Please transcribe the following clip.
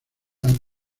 han